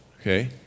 Okay